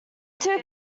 two